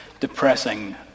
depressing